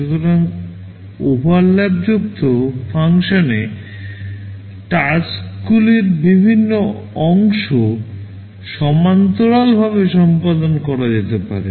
সুতরাং ওভারল্যাপযুক্ত ফ্যাশনে টাস্কগুলির বিভিন্ন অংশ সমান্তরালভাবে সম্পাদন করা যেতে পারে